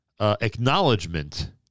Acknowledgement